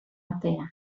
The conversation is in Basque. atea